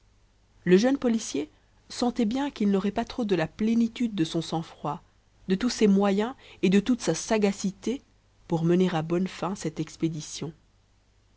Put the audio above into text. le jeune policier sentait bien qu'il n'aurait pas trop de la plénitude de son sang-froid de tous ses moyens et de toute sa sagacité pour mener à bonne fin cette expédition